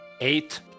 Eight